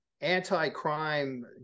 anti-crime